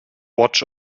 watch